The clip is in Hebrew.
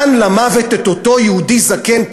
דן למוות את אותו יהודי זקן,